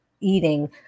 eating